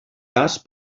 cas